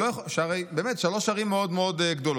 שהרי הן באמת שלוש ערים מאוד מאוד גדולות.